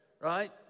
right